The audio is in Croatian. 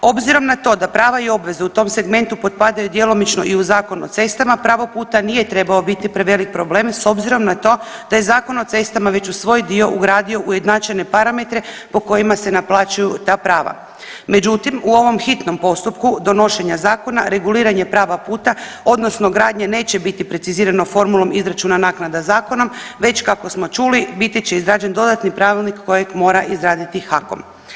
Obzirom na to da prava i obveze u tom segmentu potpadaju djelomično i u Zakon o cestama pravo puta nije trebao biti prevelik problem s obzirom na to da je Zakon o cestama već u svoj dio ugradio ujednačene parametre po kojima se naplaćuju ta prava, međutim u ovom hitnom postupku donošenja zakona reguliranje prava puta odnosno gradnje neće biti precizirano formulom izračuna naknada zakonom već kako smo čuli biti će izrađen dodatni pravilnik kojeg mora izraditi HAKOM.